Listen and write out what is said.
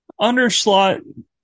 Underslot